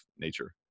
nature